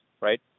right